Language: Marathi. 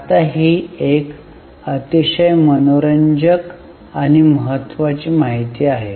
आता ही एक अतिशय मनोरंजक आणि महत्वाची माहिती आहे